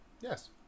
Yes